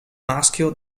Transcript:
maschio